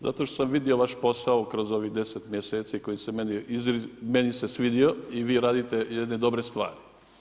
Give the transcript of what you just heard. Zato što sam vidio vaš posao kroz ovih 10 mjeseci koji se meni svidio i vi radite jedne dobre stvari.